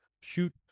shoot